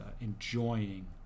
enjoying